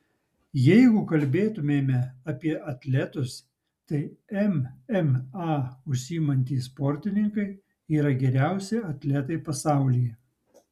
jeigu kalbėtumėme apie atletus tai mma užsiimantys sportininkai yra geriausi atletai pasaulyje